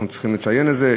אנחנו צריכים לציין את זה.